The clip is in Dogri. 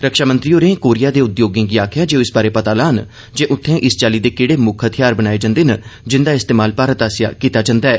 रक्षामंत्री होरें कोरिया दे उद्योगें गी आक्खेया जे ओ इस बारै पता लान जे उत्थै इस चाली दे केड़े मुक्ख हथियार बनाए जन्दे न जिन्दा इस्तेमाल भारत आस्सेया कीता जन्दा ऐ